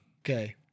Okay